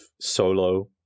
solo